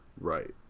Right